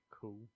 cool